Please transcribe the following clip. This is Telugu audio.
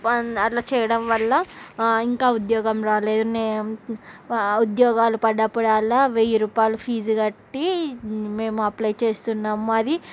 అలా చేయడం వల్ల ఇంకా ఉద్యోగం రాలేదు నే ఉద్యోగాలు పడ్డప్పుడల్లా వేయి రూపాయలు ఫీజు కట్టీ మేము అప్లై చేస్తున్నాం మాది